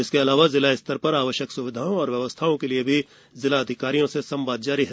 इसके अलावा जिलास्तर पर आवश्यक स्विधाओं और व्यवस्थाओं के लिए जिला अधिकारियों से संवाद जारी है